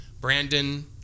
Brandon